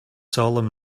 solemn